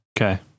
Okay